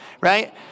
right